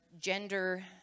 gender